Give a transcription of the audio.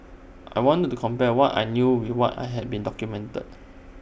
I wanted to compare what I knew with what I had been documented